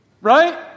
right